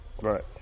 right